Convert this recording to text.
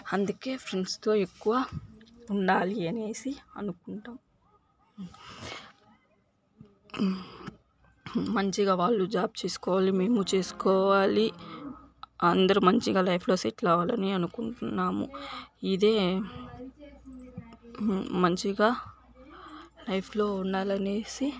అందుకే ఫ్రెండ్స్తో ఎక్కువ ఉండాలి అనేసి అనుకుంటాము మంచిగా వాళ్లు జాబ్ చేసుకోవాలి మేము చేసుకోవాలి అందరూ మంచిగా లైఫ్లో సెటిల్ అవ్వాలని అనుకుంటున్నాము ఇదే మంచిగా లైఫ్లో ఉండాలనేసి